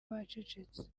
bacecetse